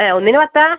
A ഒന്നിന് പത്താണോ